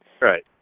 Right